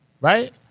Right